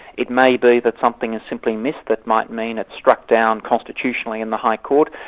it may be that something is simply missed, it might mean it's struck down constitutionally in the high court,